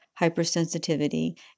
hypersensitivity